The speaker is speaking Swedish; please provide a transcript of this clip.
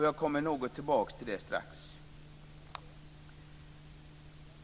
Jag kommer tillbaka till det strax.